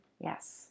Yes